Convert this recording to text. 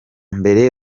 mbere